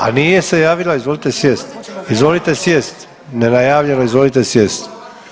A nije se javila, izvolite sjest, izvolite sjest, ne najavljeno, izvolite sjest.